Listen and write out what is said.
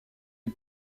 les